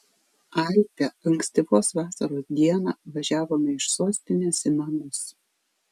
alpią ankstyvos vasaros dieną važiavome iš sostinės į namus